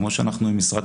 כמו שאנחנו עם משרד